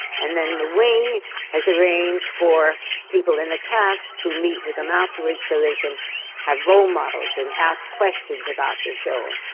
and then the wing has arranged for people in the casts to meet with them afterwards so they can have role models and ask questions about the show.